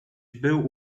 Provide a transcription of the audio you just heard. był